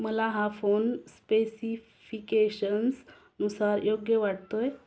मला हा फोन स्पेसिफिकेशन्सनुसार योग्य वाटतो